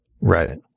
Right